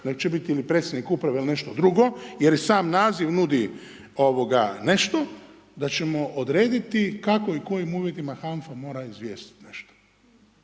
će biti ili predsjednik uprave ili nešto drugo jer i sam naziv nudi nešto da ćemo odrediti kako i kojim uvjetima HANFA mora izvijestiti nas.